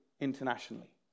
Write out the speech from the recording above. internationally